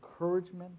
encouragement